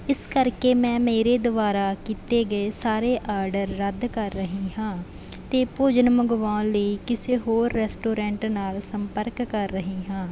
ਇਸ ਕਰਕੇ ਮੈਂ ਮੇਰੇ ਦੁਆਰਾ ਕੀਤੇ ਗਏ ਸਾਰੇ ਆਰਡਰ ਰੱਦ ਕਰ ਰਹੀ ਹਾਂ ਅਤੇ ਭੋਜਨ ਮੰਗਵਾਉਣ ਲਈ ਕਿਸੇ ਹੋਰ ਰੈਸਟੋਰੈਂਟ ਨਾਲ ਸੰਪਰਕ ਕਰ ਰਹੀ ਹਾਂ